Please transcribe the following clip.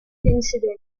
incident